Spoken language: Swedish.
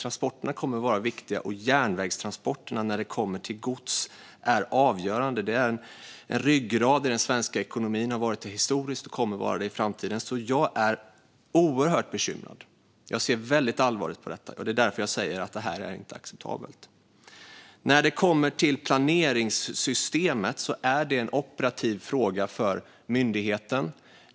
Transporterna kommer att vara viktiga, och järnvägstransporterna för gods är avgörande. De är en ryggrad i den svenska ekonomin. De har varit det historiskt och kommer att vara det i framtiden. Jag är därför oerhört bekymrad. Jag ser väldigt allvarligt på detta, och det är därför jag säger att detta inte är acceptabelt. När det kommer till planeringssystemet är det en operativ fråga för myndigheten.